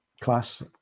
class